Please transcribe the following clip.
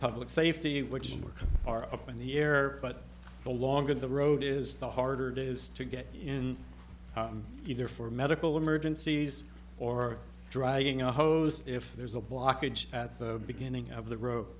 public safety which works are up in the air but the longer the road is the harder it is to get in either for medical emergencies or driving a hose if there's a blockage at the beginning of the ro